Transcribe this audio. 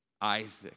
Isaac